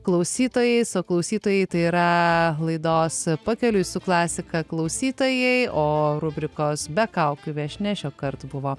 klausytojais o klausytojai tai yra laidos pakeliui su klasika klausytojai o rubrikos be kaukių viešnia šio kart buvo